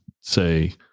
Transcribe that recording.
say